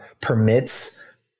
permits